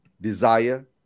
desire